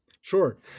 Sure